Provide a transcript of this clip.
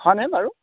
হয়নে বাৰু